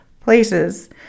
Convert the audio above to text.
places